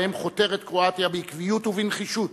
שבהם חותרת קרואטיה בעקביות ובנחישות